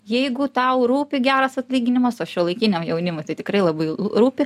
jeigu tau rūpi geras atlyginimas o šiuolaikiniam jaunimui tai tikrai labai rūpi